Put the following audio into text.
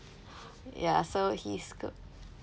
ya so he's